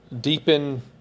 deepen